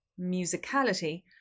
musicality